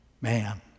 man